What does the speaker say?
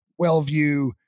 WellView